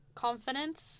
Confidence